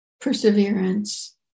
perseverance